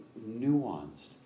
nuanced